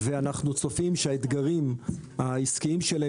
ואנחנו צופים שהאתגרים העסקיים שלהם